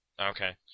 Okay